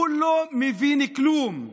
הוא לא מבין כלום.